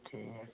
ٹھیک